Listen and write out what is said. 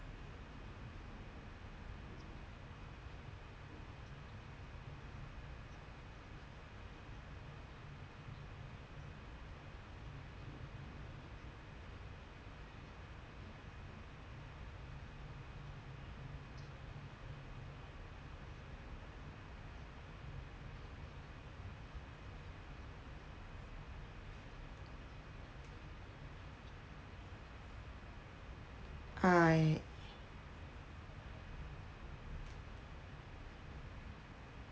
I